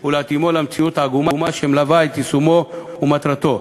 ולהתאמתו למציאות העגומה שמלווה את יישומו ומטרתו.